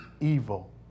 evil